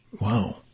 Wow